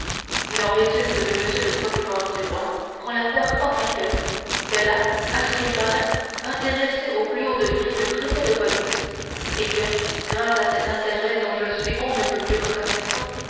il en résulte que m le procureur du roi prend l'affaire fort à coeur qu'elle a à ce qu'il paraît intéressé au plus haut degré le préfet de police et que grâce à cet intérêt dont je suis on ne peut plus reconnaissant